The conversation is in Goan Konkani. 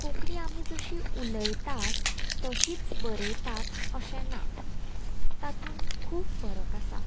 कोंकणी आमी जशी उलयतात तशींच बरयतात अशें ना तातून खूब फरक आसा